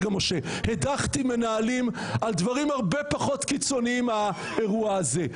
הדחתי מנהלים על דברים הרבה פחות קיצוניים מהאירוע הזה.